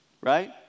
right